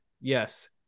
Yes